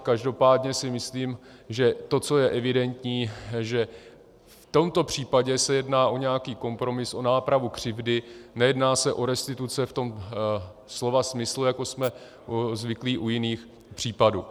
Každopádně si myslím, že to, co je evidentní, že v tomto případě se jedná o nějaký kompromis, o nápravu křivdy, nejedná se restituce v tom slova smyslu, jako jsme zvyklí u jiných případů.